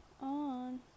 on